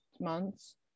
months